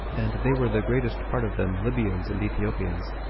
and they were the greatest part of them libyans and ethiopians.